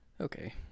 Okay